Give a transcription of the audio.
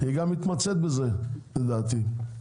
היא גם מתמצאת בזה, לדעתי.